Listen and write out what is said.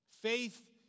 Faith